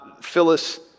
Phyllis